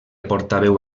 portaveu